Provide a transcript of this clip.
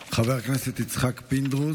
חבר הכנסת יצחק פינדרוס,